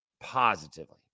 positively